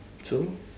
so